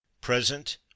present